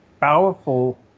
powerful